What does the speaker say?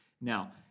Now